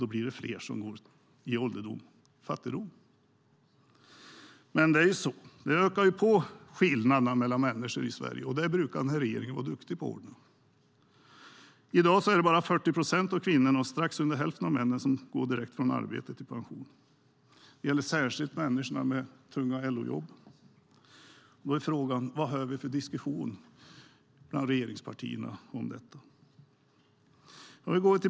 Då blir det fler som går in i ålderdomen i fattigdom. Skillnaderna mellan människor ökar i Sverige. Det brukar regeringen vara duktig på att ordna. I dag är det bara 40 procent av kvinnorna och strax under hälften av männen som går direkt från arbete till pension. Det gäller särskilt människor med tunga LO-jobb. Vad hör vi för diskussion bland regeringspartierna om detta?